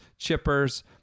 chippers